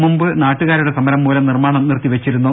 മുമ്പ് നാട്ടുകാരുടെ സമരം മൂലം നിർമ്മാണം നിർത്തിവെച്ചിരുന്നു